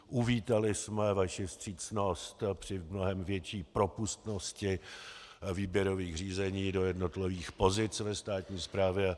Uvítali jsme vaši vstřícnost při mnohem větší propustnosti výběrových řízení do jednotlivých pozic ve státní správě.